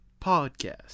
Podcast